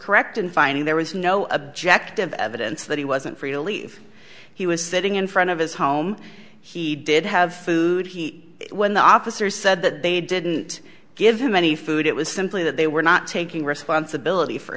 correct in finding there was no objective evidence that he wasn't free to leave he was sitting in front of his home he did have food he when the officers said that they didn't give him any food it was simply that they were not taking responsibility for